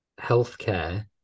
Healthcare